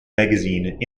magazine